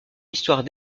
histoire